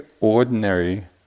ordinary